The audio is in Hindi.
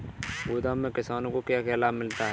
गोदाम से किसानों को क्या क्या लाभ मिलता है?